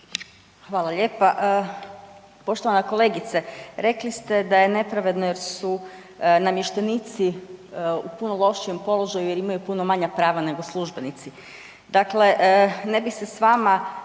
Hvala lijepa. Poštovana kolegice, rekli ste da je nepravedno jer su namještenici u puno lošijem položaju jer imaju puno manja prava nego službenici.